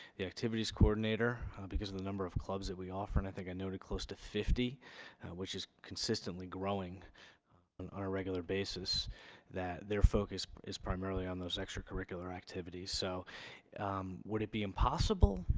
the activities coordinator because of the number of clubs that we offer and i think i know too close to fifty which is consistently growing and on a regular basis that their focus is primarily on those extracurricular activities so would it be impossible?